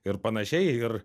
ir panašiai ir